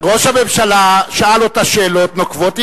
ראש הממשלה שאל אותה שאלות נוקבות,